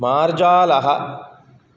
मार्जालः